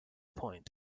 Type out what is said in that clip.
point